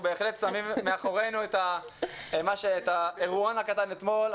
בהחלט שמים מאחורינו את האירועון הקטן מאתמול.